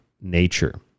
nature